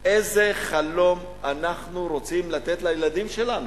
איזה חלום אנחנו רוצים לתת לילדים שלנו?